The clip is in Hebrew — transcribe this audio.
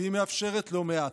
והיא מאפשרת לא מעט.